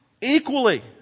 Equally